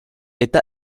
eta